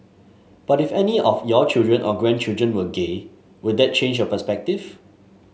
but if any of your children or grandchildren were gay would that change your perspective